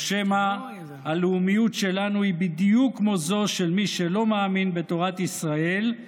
או שמא הלאומיות שלנו היא בדיוק כמו זו של מי שלא מאמין בתורת ישראל,